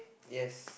yes